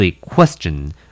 question